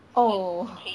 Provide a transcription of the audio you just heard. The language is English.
oh